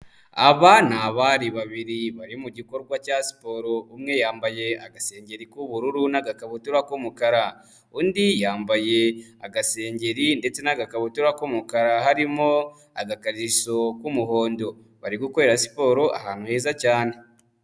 Aba ni abari babiri bari mu gikorwa cya siporo, umwe yambaye agasengeri k'ubururu n'agakabutura k'umukara, undi yambaye agasengeri ndetse n'agakabutura k'umukara, harimo agakariso k'umuhondo, bari gukorera siporo ahantu heza cyane.